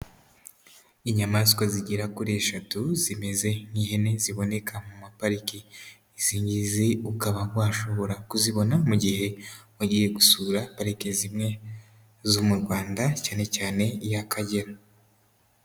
Inyamaswa zigera kuri eshatu zimeze nk'ihene, ziboneka mu mapariki, izi ngizi ukaba washobora kuzibona mu gihe wagiye gusura pariki zimwe zo mu Rwanda, cyane cyane iy'Akagera.